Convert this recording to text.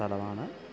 സ്ഥലമാണ്